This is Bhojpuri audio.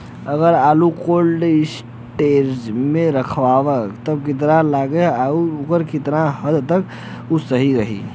अगर आलू कोल्ड स्टोरेज में रखायल त कितना लागत आई अउर कितना हद तक उ सही रही?